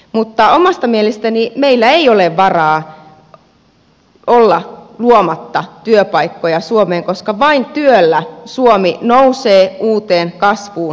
mutta omasta mielestäni meillä ei ole varaa olla luomatta työpaikkoja suomeen koska vain työllä suomi nousee uuteen kasvuun ja kehitykseen